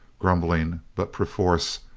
grum bling but perforce,